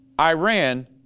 Iran